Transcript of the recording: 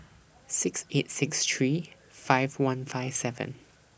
six eight six three five one five seven